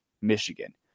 Michigan